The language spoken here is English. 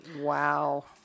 Wow